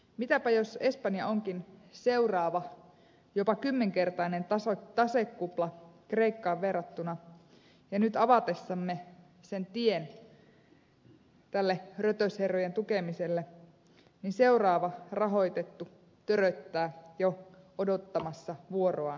mitäpä jos espanja onkin seuraava jopa kymmenkertainen tasekupla kreikkaan verrattuna ja nyt avatessamme tien tälle rötösherrojen tukemiselle seuraava rahoitettu töröttää jo odottamassa vuoroaan putken päässä